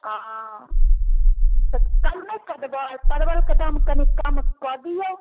कम तऽ कम नहि कऽ देबै परबल के दाम कनी कम कऽ दिऔ